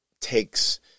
takes